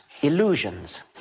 illusions